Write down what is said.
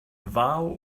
vow